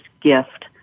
gift